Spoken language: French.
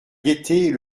guetter